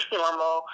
normal